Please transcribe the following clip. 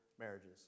marriages